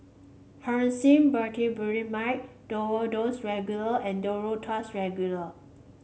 Hyoscine Butylbromide Duro Tuss Regular and Duro Tuss Regular